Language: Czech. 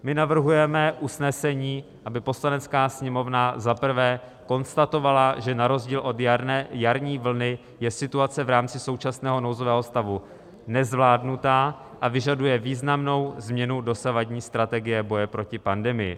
My navrhujeme usnesení, aby Poslanecká sněmovna za prvé konstatovala, že na rozdíl od jarní vlny je situace v rámci současného nouzového stavu nezvládnutá a vyžaduje významnou změnu dosavadní strategie boje proti pandemii.